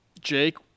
Jake